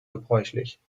gebräuchlich